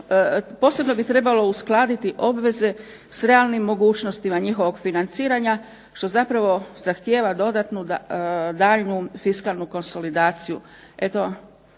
posebno trebalo uskladiti obveze sa realnim mogućnostima njihovog financiranja što zahtjeva dodatnu daljnju fiskalnu konsolidaciju.